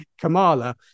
Kamala